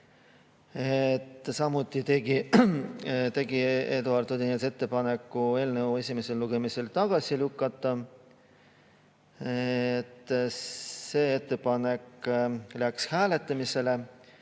Samuti tegi Eduard Odinets ettepaneku eelnõu esimesel lugemisel tagasi lükata. See ettepanek läks hääletamisele.